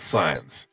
Science